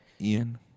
Ian